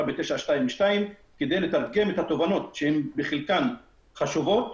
ב-922 כדי לתרגם את התובנות שהן בחלקן חשובות,